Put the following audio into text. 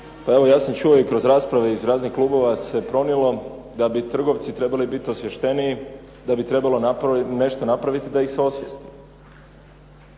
Pa evo, ja sam čuo i kroz rasprave iz raznih klubova se pronijelo da bi trgovci trebali biti osvješteniji, da bi trebalo nešto napraviti da ih se osvijesti.